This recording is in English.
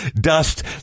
dust